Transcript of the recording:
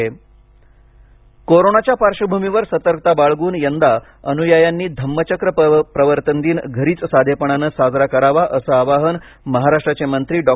दीक्षाभमी कोरोनाच्या पार्धभूमीवर सतर्कता बाळगून यंदा अनुयायांनी धम्मचक्र प्रवर्तन दिन घरीच साधेपणाने साजरा करावा असं आवाहन महाराष्ट्राचे मंत्री डॉ